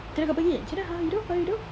camne kau pergi camne how you do how you do